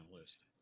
list